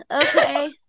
Okay